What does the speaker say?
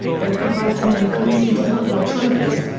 for it provides many clues into what la trobe is,